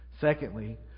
Secondly